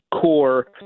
core